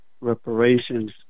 reparations